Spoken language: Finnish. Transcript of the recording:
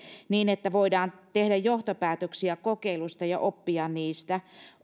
niin että voidaan tehdä johtopäätöksiä kokeiluista ja oppia niistä